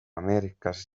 ameerikas